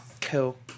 Cool